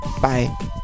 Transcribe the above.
Bye